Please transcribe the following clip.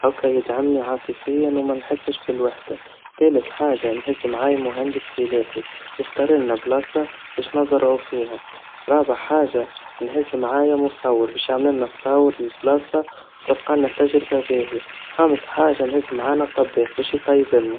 هكا يدعمني عاطفياً ومنحسش بالوحدا, تالت حاجا نهز معايا مهندس فلاحي, يختارلنا مكان بش نزرعوا فيها, رابع حاجا نهز معايا مصور, باش يعمللنا تصاور للمكان وتبقالنا تجربا باهيا, خامس حاجا نهز معانا طباخ, باش يطيبلنا.